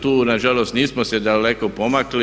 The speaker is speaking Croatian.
Tu na žalost nismo se daleko pomakli.